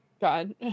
God